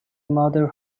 mother